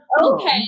okay